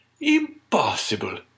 Impossible